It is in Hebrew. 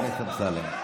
חבר הכנסת אמסלם.